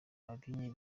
ababyinnyi